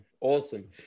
Awesome